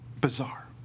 Bizarre